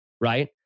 right